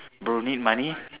bro need money